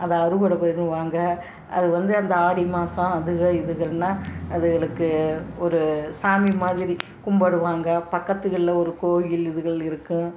அதை அறுவடை பண்ணுவாங்க அது வந்து அந்த ஆடி மாதம் அதுக இதுகள்னா அதுகளுக்கு ஒரு சாமி மாதிரி கும்பிடுவாங்க பக்கத்துகளில் ஒரு கோவில் இதுகள் இருக்கும்